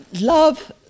love